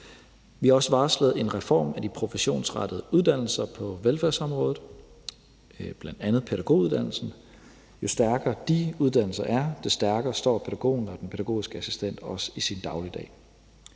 Vi har også varslet en reform af de professionsrettede uddannelser på velfærdsområdet, bl.a. pædagoguddannelsen. Jo stærkere de uddannelser er, des stærkere står pædagogen og den pædagogiske assistent også i sin dagligdag.